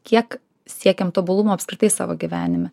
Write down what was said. kiek siekiam tobulumo apskritai savo gyvenime